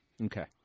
Okay